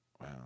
Wow